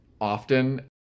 often